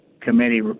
committee